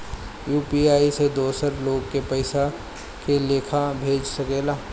UPI से दोसर लोग के पइसा के लेखा भेज सकेला?